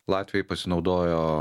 latviai pasinaudojo